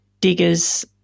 diggers